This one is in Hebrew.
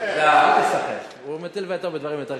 הטיל וטו.